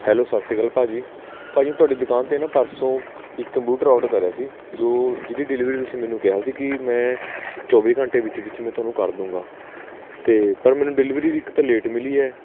hello ਸਤਿ ਸ਼੍ਰੀ ਅਕਾਲ ਭਾਜੀ ਭਾਜੀ ਤੁਹਾਡੀ ਦੁਕਾਨ 'ਤੇ ਨਾ ਪਰਸੋਂ ਇੱਕ ਕੰਪਿਊਟਰ ਔਰਡਰ ਕਰਿਆ ਸੀ ਜੋ ਜਿਹੜੀ ਡਿਲੀਵਰੀ ਤੁਸੀਂ ਮੈਨੂੰ ਕਿਹਾ ਸੀ ਕਿ ਮੈਂ ਚੌਵੀ ਘੰਟੇ ਵਿੱਚ ਵਿੱਚ ਮੈਂ ਤੁਹਾਨੂੰ ਕਰ ਦੂੰਗਾ ਅਤੇ ਪਰ ਮੈਨੂੰ ਡਿਲਵਰੀ ਇੱਕ ਤਾਂ ਲੇਟ ਮਿਲੀ ਹੈ